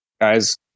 guys